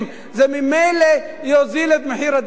זה ממילא יוזיל את מחיר הדירה.